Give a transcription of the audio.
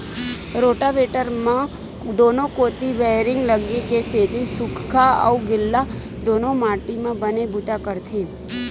rotavator म दूनो कोती बैरिंग लगे के सेती सूख्खा अउ गिल्ला दूनो माटी म बने बूता करथे